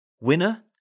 winner